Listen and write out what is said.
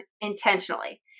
intentionally